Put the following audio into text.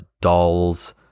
dolls